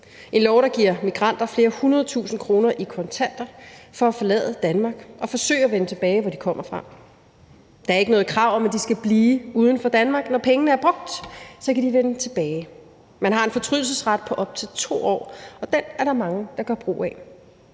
en lov, der giver migranter flere hundredetusinde kroner i kontanter for at forlade Danmark og forsøge at vende tilbage, hvor de kommer fra. Der er ikke noget krav om, at de skal blive uden for Danmark; når pengene er brugt, kan de vende tilbage. Man har en fortrydelsesret på op til 2 år, og den er der mange der gør brug af.